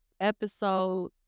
episode